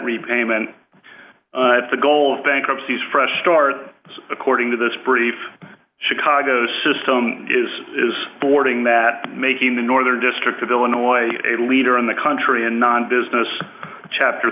repayment the goal of bankruptcy is fresh start according to this pretty chicago system is boarding that making the northern district of illinois a leader in the country and non business chapter